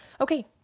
okay